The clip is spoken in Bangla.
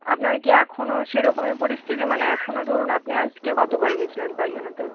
আপনার কি এখনও সেরকমই পরিস্থিতি মানে এখনও ধরুন আপনি আজকে কতবার গেছিলেন পায়খানাতে